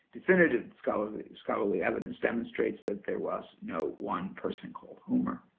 definitive scholarly scholarly evidence, demonstrates that there was no one person called homer.